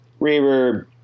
reverb